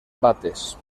bates